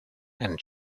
and